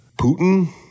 Putin—